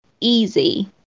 easy